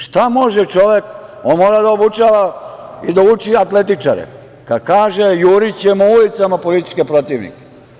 Šta može čovek, on mora da obučava i da uči atletičare, kad kaže - jurićemo ulicama političke protivnike.